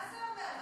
מה זה אומר?